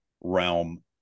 realm